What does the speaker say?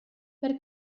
per